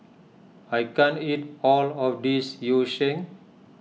I can't eat all of this Yu Sheng